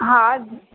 हा